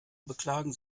beklagen